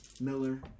Miller